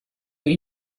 were